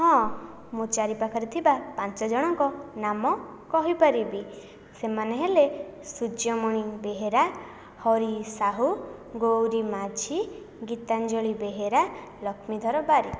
ହଁ ମୋ ଚାରିପାଖରେ ଥିବା ପାଞ୍ଚ ଜଣଙ୍କ ନାମ କହିପାରିବି ସେମାନେ ହେଲେ ସୂର୍ଯ୍ୟମଣି ବେହେରା ହରି ସାହୁ ଗୌରୀ ମାଝି ଗୀତାଞ୍ଜଳି ବେହେରା ଲକ୍ଷ୍ମୀଧର ବାରିକ